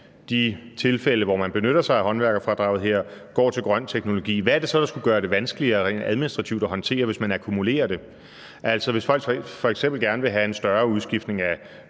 de tilfælde, hvor man benytter sig af håndværkerfradraget her, at det går til grøn teknologi, hvad er det så, der skulle gøre det vanskeligere rent administrativt at håndtere, hvis man akkumulerer det? Altså, hvis folk f.eks. gerne vil have en større udskiftning